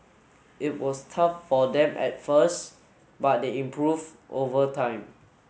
it was tough for them at first but they improved over time